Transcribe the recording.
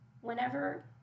whenever